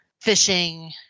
fishing